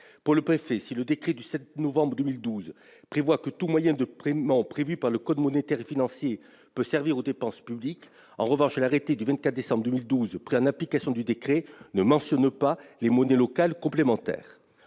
Pour le préfet, si le décret du 7 novembre 2012 prévoit que tout moyen de paiement mentionné dans le code monétaire et financier peut servir aux dépenses publiques, en revanche l'arrêté du 24 décembre 2012, pris en application du décret, ne cite pas les monnaies locales complémentaires.